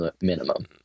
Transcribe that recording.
minimum